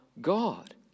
god